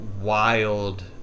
wild